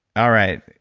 alright.